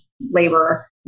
labor